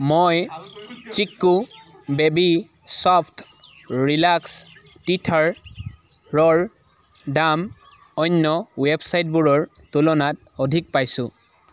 মই Chicco baby soft relax টিথাৰৰ দাম অন্য ৱেবচাইটবোৰৰ তুলনাত অধিক পাইছোঁ